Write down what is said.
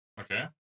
Okay